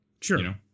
Sure